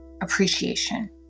appreciation